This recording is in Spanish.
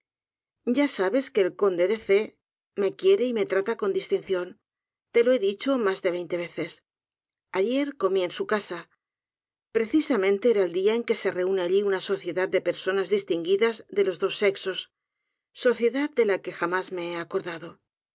ya sabes qué el conde de c me quiere y me trata con distinción te lo he dicho mas de veinte veces ayer comi en su casa precisamente era el dia en que se réüné álli óná sociedad de personas distinguidas de lds dos áexós sociedad dé la que jamás me he acordado